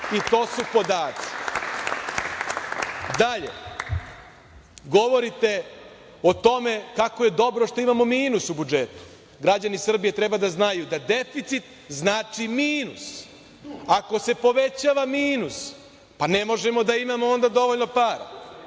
i to su podaci. Dalje, govorite o tome kako je dobro što imamo minus u budžetu. Građani Srbije treba da znaju da deficit znači minus. Ako se povećava minus, pa ne možemo da imamo onda dovoljno para.